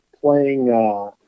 playing